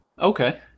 Okay